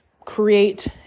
create